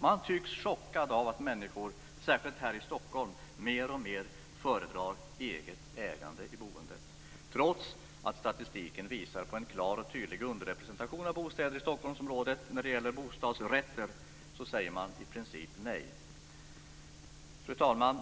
Man tycks chockad av att människor, särskilt här i Stockholm, mer och mer föredrar eget ägande i boendet. Trots att statistiken visar på en klar och tydlig underrepresentation av bostäder med bostadsrätt i Stockholmsområdet säger man i princip nej. Fru talman!